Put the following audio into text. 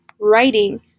Writing